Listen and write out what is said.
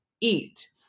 eat